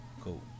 cool